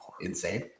insane